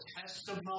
testimony